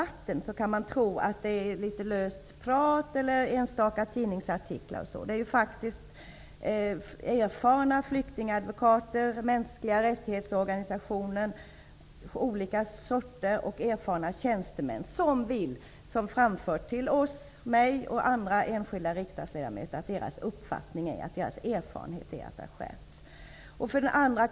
Utifrån detta kan man tro att det är fråga om litet löst prat eller enstaka tidningsartiklar, men det är faktiskt erfarna flyktingadvokater, mänskliga rättighetsorganisationer av olika sorter och erfarna tjänstemän som till mig och andra enskilda riksdagsledamöter har framfört att deras uppfattning och erfarenhet är att praxisen i asylärenden har skärpts.